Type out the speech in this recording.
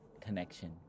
connection